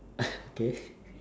okay